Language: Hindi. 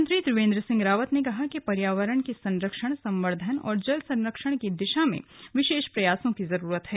मुख्यमंत्री त्रिवेन्द्र सिंह रावत ने कहा कि पर्यावरण के संरक्षण संवर्द्धन और जल संरक्षण की दिशा में विशेष प्रयासों की जरूरत है